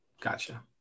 Gotcha